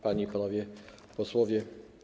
Panie i Panowie Posłowie!